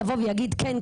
יבוא ויגיד כן,